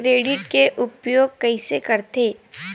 Credit के उपयोग कइसे करथे?